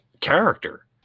character